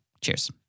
Cheers